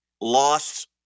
lost